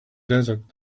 desert